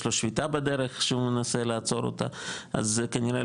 יש לו שביתה בדרך שהוא מנסה לעצור אותה אז כנראה,